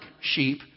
sheep